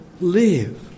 live